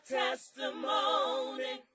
testimony